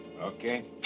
Okay